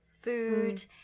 food